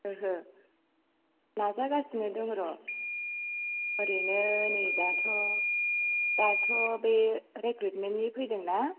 ओहो नाजागासिनो दं र ओरैनो नै दाथ' दाथ' बे रीक्रुइटमेननि फैदों ना